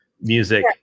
music